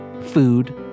food